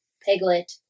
Piglet